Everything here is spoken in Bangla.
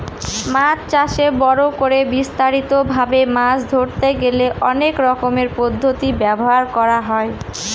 মাছ চাষে বড় করে বিস্তারিত ভাবে মাছ ধরতে গেলে অনেক রকমের পদ্ধতি ব্যবহার করা হয়